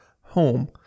home